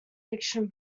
fiction